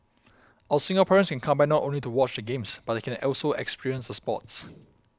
our Singaporeans can come by not only to watch the Games but they can also experience the sports